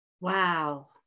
Wow